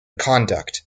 conduct